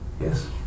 Yes